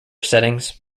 settings